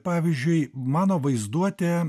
pavyzdžiui mano vaizduotė